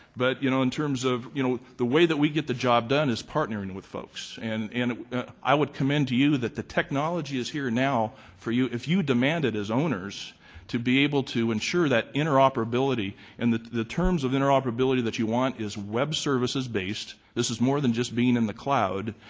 but, you know, in terms of, you know, the way that we get the job done is partnering with folks. and and i would commend to you that the technology is here now for you if you demand it as owners to be able to ensure that interoperability and the the terms of interoperability that you want is web-services based. this is more than just being in the cloud,